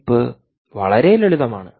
chip വളരെ ലളിതമാണ്